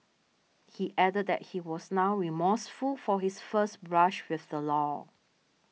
he added that he was now remorseful for his first brush with the law